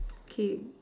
okay